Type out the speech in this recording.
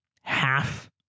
half